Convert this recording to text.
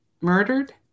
murdered